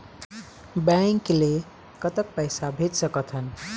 Bank ले कतक पैसा भेज सकथन?